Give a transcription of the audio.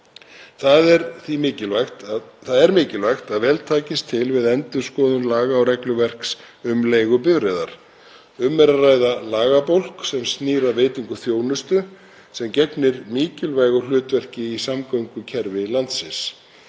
Það er mikilvægt að vel takist til við endurskoðun laga og regluverks um leigubifreiðar. Um er að ræða lagabálk sem snýr að veitingu þjónustu sem gegnir mikilvægu hlutverki í samgöngukerfi landsins.